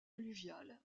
alluviale